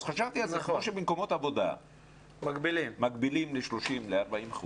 אז חשבתי על זה שכמו שבמקומות עבודה מגבילים ל-30% 40%,